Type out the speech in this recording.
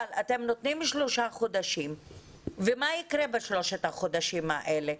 אתם נותנים שלושה חודשים ומה יקרה בשלושת החודשים האלה?